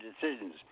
decisions